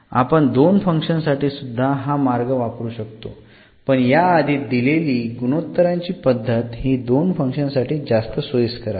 आपण दोन फंक्शन्स साठी सुध्दा हा मार्ग वापरू शकतो पण याआधी दिलेली गुणोत्तराची पद्धत हि दोन फंक्शन साठी जास्त सोयीस्कर आहे